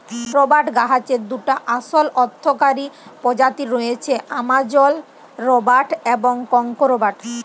রবাট গাহাচের দুটা আসল অথ্থকারি পজাতি রঁয়েছে, আমাজল রবাট এবং কংগো রবাট